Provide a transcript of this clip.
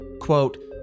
quote